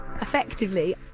effectively